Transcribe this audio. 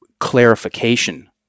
clarification